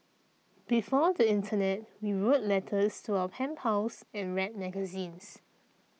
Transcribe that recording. before the internet we wrote letters to our pen pals and read magazines